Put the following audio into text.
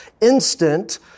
instant